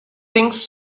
things